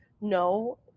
No